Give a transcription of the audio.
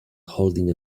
holding